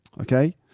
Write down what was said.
Okay